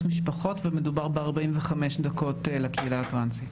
משפחות ומדובר ב-45 דקות על הקהילה הטרנסית.